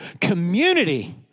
community